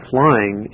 Flying